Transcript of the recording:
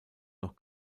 noch